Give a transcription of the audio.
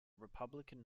republican